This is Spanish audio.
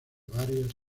varias